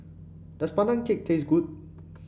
does Pandan Cake taste good